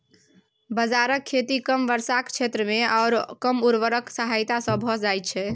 बाजराक खेती कम वर्षाक क्षेत्रमे आओर कम उर्वरकक सहायता सँ भए जाइत छै